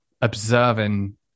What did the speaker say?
observing